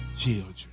children